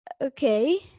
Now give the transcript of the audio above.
Okay